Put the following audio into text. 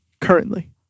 currently